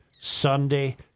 Sunday